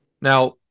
Now